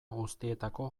guztietako